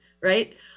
right